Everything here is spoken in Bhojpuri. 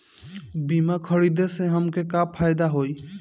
बीमा खरीदे से हमके का फायदा होई?